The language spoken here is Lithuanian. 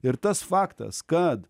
ir tas faktas kad